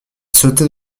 sautait